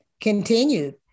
continued